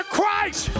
Christ